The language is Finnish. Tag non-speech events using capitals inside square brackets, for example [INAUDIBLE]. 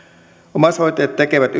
omaishoitajat tekevät [UNINTELLIGIBLE]